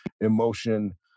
emotion